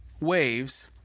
waves